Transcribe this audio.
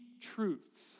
Truths